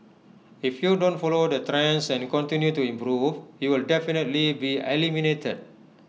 if you don't follow the trends and continue to improve you'll definitely be eliminated